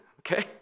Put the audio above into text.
okay